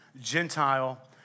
Gentile